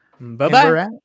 Bye-bye